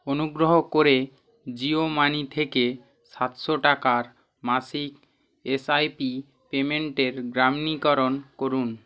অনুগ্রহ করে Jio Money থেকে সাতশো টাকার মাসিক এসআইপি পেমেন্টের গ্রামণীকরণ করুন